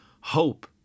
hope